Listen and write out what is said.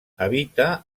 habita